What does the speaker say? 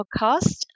podcast